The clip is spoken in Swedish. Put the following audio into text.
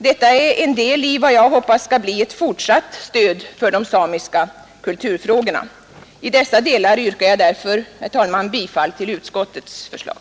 Detta är en del av vad jag hoppas skall bli ett fortsatt stöd för de samiska kulturfrågorna. I dessa delar yrkar jag därför bifall till utskottets förslag.